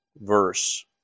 verse